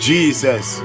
Jesus